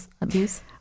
abuse